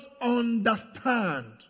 understand